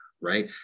Right